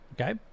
Okay